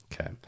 Okay